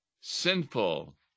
sinful